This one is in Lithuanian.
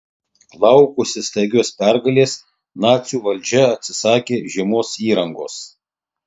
laukusi staigios pergalės nacių valdžia atsisakė žiemos įrangos